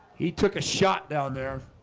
he took a shot down there